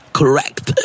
correct